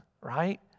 right